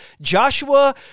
Joshua